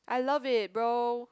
I love it bro